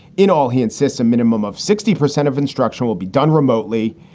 in all, he insists, a minimum of sixty percent of instruction will be done remotely.